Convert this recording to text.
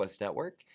Network